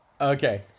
okay